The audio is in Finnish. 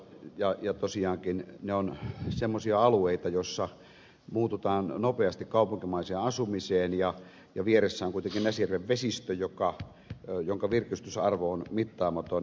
ne ovat tosiaankin semmoisia alueita joissa muututaan nopeasti kaupunkimaiseen asumiseen ja vieressä on kuitenkin näsijärven vesistö jonka virkistysarvo on mittaamaton